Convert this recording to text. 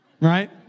Right